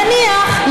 נניח,